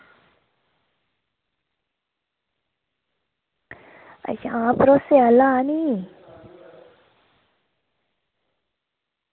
हां भरोसे आह्ला ऐ नी